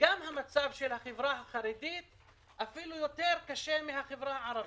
וגם שם המצב של החברה החרדית אפילו קשה יותר משל החברה הערבית,